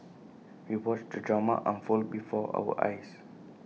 we watched the drama unfold before our eyes